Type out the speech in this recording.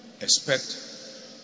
expect